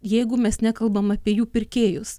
jeigu mes nekalbam apie jų pirkėjus